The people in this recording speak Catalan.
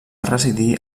residir